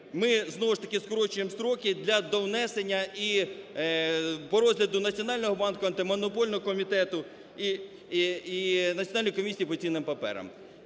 ми, знову ж таки, скорочуємо строки для довнесення і по розгляду Національного банку, Антимонопольного комітету і Національної комісії по цінним паперам.